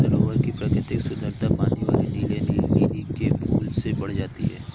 सरोवर की प्राकृतिक सुंदरता पानी वाले नीले लिली के फूल से बढ़ जाती है